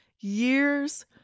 years